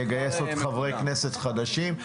יגייס עוד חברי כנסת חדשים.